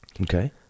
Okay